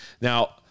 Now